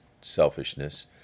selfishness